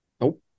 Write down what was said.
Nope